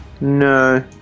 No